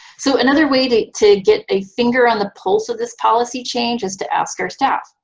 so another way to to get a finger on the pulse of this policy change is to ask our staff.